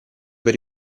per